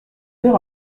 faire